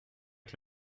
que